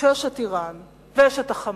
כשיש את אירן ויש את ה"חמאס"